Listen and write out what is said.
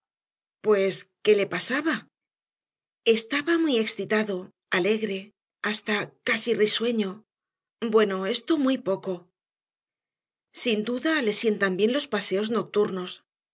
pues qué le pasaba estaba muy excitado alegre hasta casi risueño bueno esto muy poco sin duda le sientan bien los paseos nocturnos